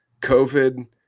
COVID